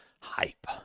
hype